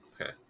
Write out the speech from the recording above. Okay